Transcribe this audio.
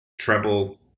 treble